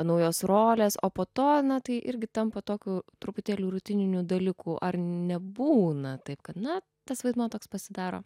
naujos rolės o po to na tai irgi tampa tokiu truputėlį rutininiu dalyku ar nebūna taip kad na tas vaidmuo toks pasidaro